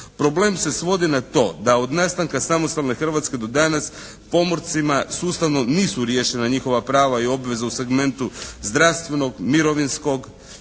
Problem se svodi na to da od nastanka samostalne Hrvatske do danas pomorcima sustavno nisu riješena njihova prava i obveze u segmentu zdravstvenog, mirovinskog